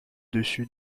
dessus